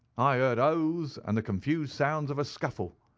i heard oaths and the confused sounds of a scuffle.